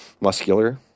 Muscular